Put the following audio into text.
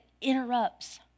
interrupts